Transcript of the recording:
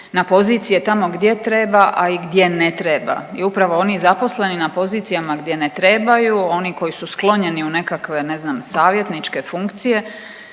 na pozicije tamo gdje treba, a i gdje ne treba. I upravo oni zaposleni na pozicijama gdje ne trebaju, oni koji su sklonjeni u nekakve ne znam savjetničke funkcije